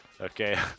okay